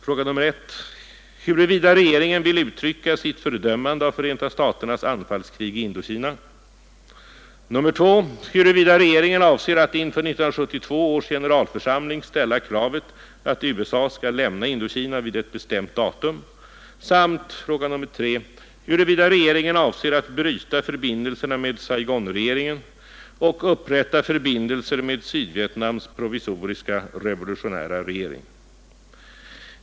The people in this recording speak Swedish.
Han har frågat: 1. huruvida regeringen vill uttrycka sitt fördömande av Förenta staternas anfallskrig i Indokina, 2. huruvida regeringen avser att inför 1972 års generalförsamling ställa kravet att USA skall lämna Indokina vid ett bestämt datum samt 3. huruvida regeringen avser att bryta förbindelserna med Saigonregeringen och upprätta förbindelser med Sydvietnams provisoriska revolutionära regering.